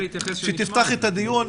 שתפתח את הדיון,